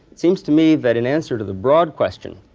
it seems to me that in answer to the broad question,